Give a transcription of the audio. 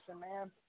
man